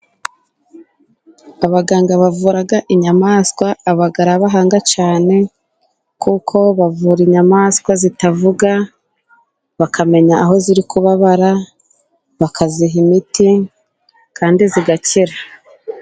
Abaganga bavura inyamaswa baba ari abahanga cyane kuko bavura inyamaswa zitavuga, bakamenya aho ziri kubabara bakaziha imiti kandi zigakira.